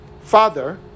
Father